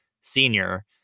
senior